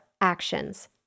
actions